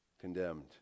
condemned